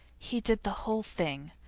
he did the whole thing.